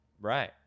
Right